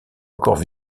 encore